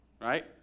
right